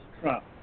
Trump